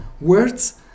words